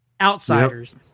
outsiders